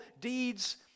deeds